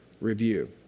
review